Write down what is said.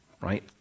right